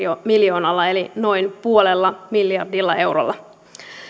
miljoonalla eli noin puolella miljardilla eurolla